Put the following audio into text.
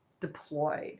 deployed